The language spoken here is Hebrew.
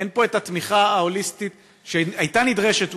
אין פה התמיכה ההוליסטית שהייתה נדרשת,